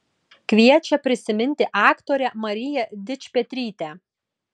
kviečia prisiminti aktorę mariją dičpetrytę